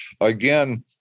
again